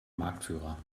marktführer